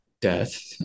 death